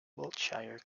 wiltshire